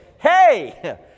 Hey